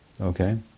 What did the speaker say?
okay